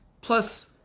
Plus